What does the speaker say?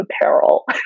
apparel